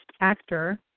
actor